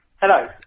Hello